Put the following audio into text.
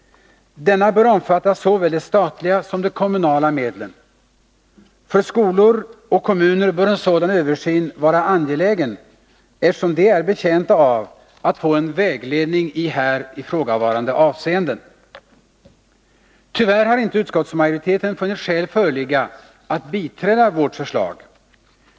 Denna bör omfatta såväl de statliga som de kommunala medlen. För skolor och kommuner bör en sådan översyn vara angelägen, eftersom de är betjänta av att få en vägledning i här ifrågavarande avseenden. 63 Tyvärr har inte utskottsmajoriteten funnit skäl föreligga att biträda vårt förslag.